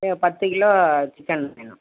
ஒரு பத்து kilo chicken வேணும்